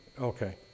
Okay